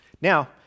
Now